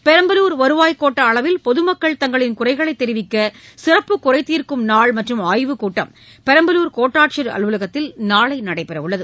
பெரம்பலூர் வருவாய் கோட்டஅளவில் பொதுமக்கள் தங்களின் குறைகளைதெரிவிக்கசிறப்பு குறைதீர்க்கும் நாள் மற்றும் ஆய்வுக்கூட்டம் பெரம்பலூர் கோட்டாட்சியர் அலுவலகத்தில் நாளைநடைபெறஉள்ளது